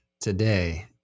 today